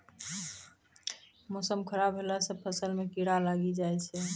मौसम खराब हौला से फ़सल मे कीड़ा लागी जाय छै?